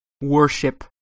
worship